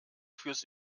fürs